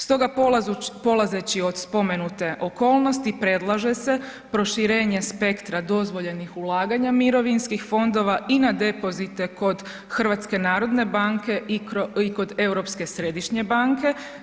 Stoga polazeći od spomenute okolnosti predlaže se proširenje spektra dozvoljenih ulaganja mirovinskih fondova i na depozite kod HNB-a i kod Europske središnje banke.